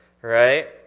right